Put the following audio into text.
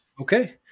Okay